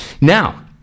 now